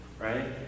right